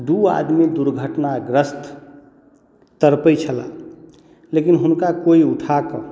दू आदमी दुर्घटना ग्रस्त तड़पैत छलाह लेकिन हुनका केओ उठाकऽ